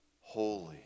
holy